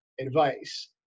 advice